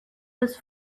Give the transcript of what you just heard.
was